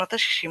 בשנות ה-60,